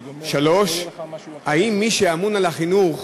3. האם מי שאמון על החינוך